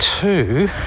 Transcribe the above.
two